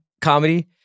comedy